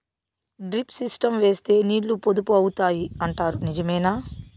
Drip system వేస్తే నీళ్లు పొదుపు అవుతాయి అంటారు నిజమేనా?